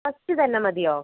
first തന്നെ മതിയോ